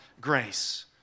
grace